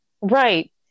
right